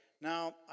Now